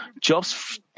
Job's